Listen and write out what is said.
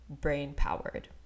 brain-powered